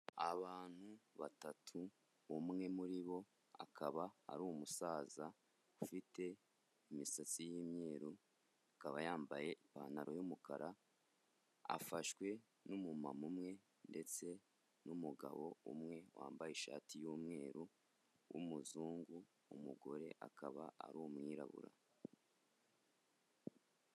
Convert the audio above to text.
Abantu batatu, umwe muri bo akaba ari umusaza, ufite imisatsi y'imyeru, akaba yambaye ipantaro y'umukara, afashwe n'umumama umwe, ndetse n'umugabo umwe wambaye ishati y'umweru, w'umuzungu, umugore akaba ari umwirabura.